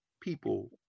people